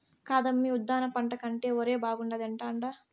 కాదమ్మీ ఉద్దాన పంట కంటే ఒరే బాగుండాది అంటాండా